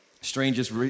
strangest